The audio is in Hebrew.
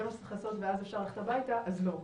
מה שצריך לעשות ואז אפשר ללכת הביתה אז לא.